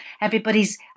everybody's